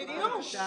בדיוק.